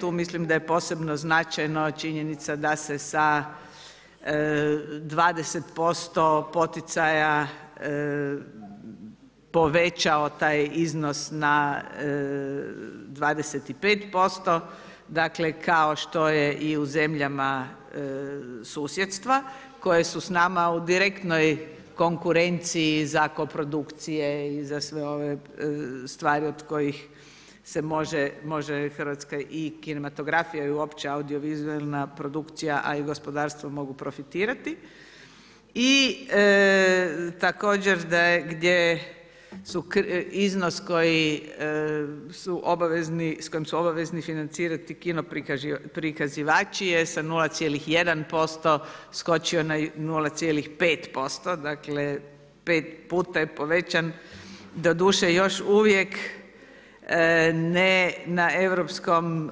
Tu mislim da je posebno značajno, činjenica da se sa 20% poticanja povećao taj iznos na 25%, dakle, kao što je i u zemljama susjedstva koje su s nama u direktnoj konkurenciji za koprodukcije i za sve ove stvari od kojih se može i hrvatska kinematografija i uopće audio-vizualna produkcija a i gospodarstvo mogu profitirati i također gdje su iznos s kojim su obavezni financirati kino prikazivači je sa 0,1% skočio na 0,5%, dakle 5 puta je povećan, doduše još uvijek ne na europskom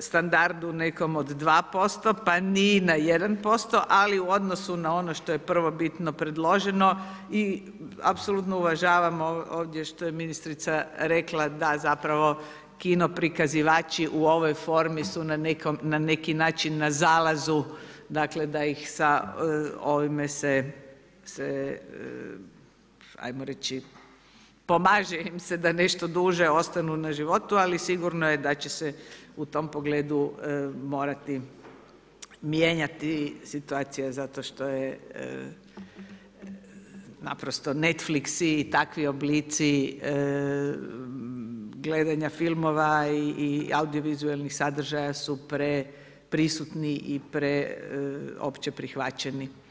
standardu nekom od 2% pa ni na 1% ali u odnosu na ono što je prvobitno predloženo i apsolutno uvažavamo ovdje što je ministrica rekla da zapravo kino prikazivači u ovoj formi su na neki način na zalazu, dakle da ih sa ovime se ajmo reći pomaže im se da nešto duže ostanu na životu ali sigurno je da će se u tom pogledu morati mijenjati situacija zato što je naprosto Netflix i takvi oblici gledanja filmova i audio-vizualnih sadržaja su preprisutni i pre opće prihvaćeni.